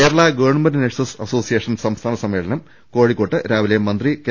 Kerala government nurses association സംസ്ഥാന സമ്മേ ളനം കോഴിക്കോട്ട് രാവിലെ മന്ത്രി കെ